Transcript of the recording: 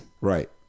Right